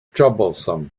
troublesome